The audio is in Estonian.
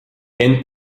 ent